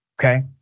okay